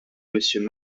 monsieur